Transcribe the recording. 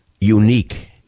unique